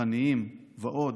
רוחניים ועוד,